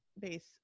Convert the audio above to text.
base